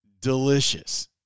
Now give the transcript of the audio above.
delicious